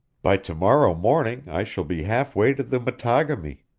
by to-morrow morning i shall be half-way to the mattagami.